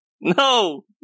No